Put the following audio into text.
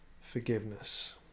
forgiveness